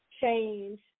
change